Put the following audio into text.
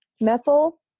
methyl